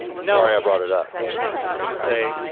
no. sorry i brought it up. i was just gonna say,